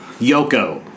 Yoko